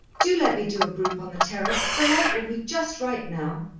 do let me do a group on the terrace the light will be just right now.